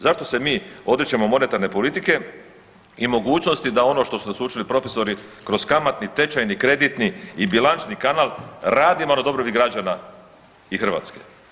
Zašto se mi odričemo monetarne politike i mogućnosti da ono što su nas učili profesori kroz kamatni tečajni kreditni i bilančni kanal radimo na dobrobit građana i Hrvatske?